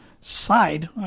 side